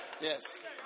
Yes